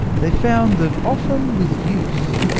they found that often with use,